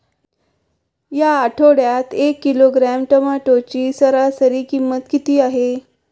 या आठवड्यात एक किलोग्रॅम टोमॅटोची सरासरी किंमत किती आहे?